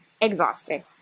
Exhausting